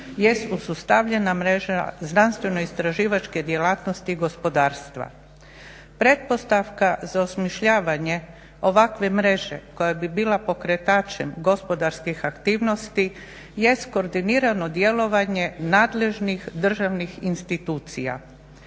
jest usustavljena mreža znanstvenoistraživačke djelatnosti gospodarstva. Pretpostavka za osmišljavanje ovakve mreže koja bi bila pokretačem gospodarskih aktivnosti jest korodirano djelovanje nadležnih državnih institucija.